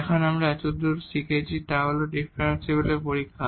এখন আমরা এতদূর যা শিখেছি তার ডিফারেনশিবিলিটির পরীক্ষা